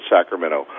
Sacramento